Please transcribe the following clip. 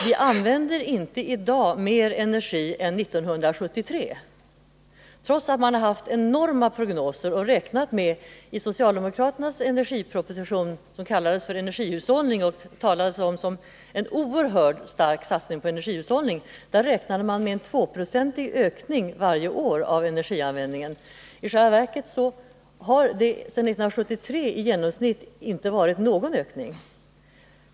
Vårt land använder i dag inte mer energi än 1973, trots de enorma prognoser som gjorts. Socialdemokraterna räknade i sin energiproposition, där man lade fram ett program som omtalades som en oerhört stark satsning på energihushållningen, med en tvåprocentig ökning av energianvändningen varje år. I själva verket har det sedan 1973 i genomsnitt inte varit någon ökning.